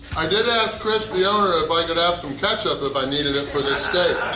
i did ask chris the owner if i could have some ketchup if i needed it for this steak.